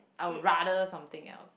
I would rather something else